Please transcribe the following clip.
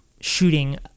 shooting